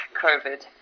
COVID